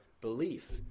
belief